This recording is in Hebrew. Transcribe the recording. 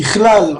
ככלל,